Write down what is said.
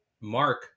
mark